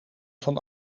van